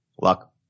Luck